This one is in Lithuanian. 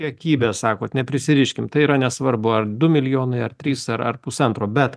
kiekybė sakot neprisiriškim tai yra nesvarbu ar du milijonai ar trys ar ar pusantro bet